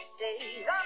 days